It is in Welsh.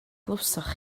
glywsoch